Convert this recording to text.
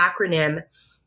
acronym